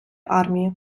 армії